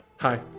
Hi